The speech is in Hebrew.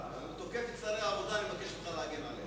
הוא תוקף את שרי העבודה, אני מבקש ממך להגן עליהם.